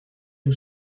dem